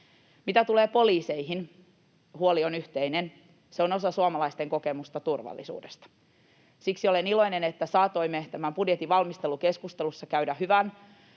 Mitä tulee poliiseihin, huoli on yhteinen. Se on osa suomalaisten kokemusta turvallisuudesta. Siksi olen iloinen, että saatoimme tämän budjetin valmistelukeskustelussa käydä hyvän